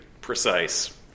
precise